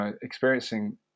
experiencing